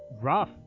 rough